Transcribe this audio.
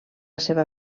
seva